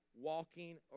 walking